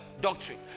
doctrine